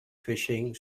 fishing